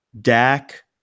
Dak